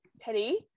Teddy